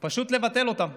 פשוט לבטל אותם.